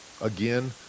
again